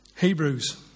Hebrews